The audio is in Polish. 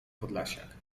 podlasiak